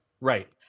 right